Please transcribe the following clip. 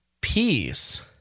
peace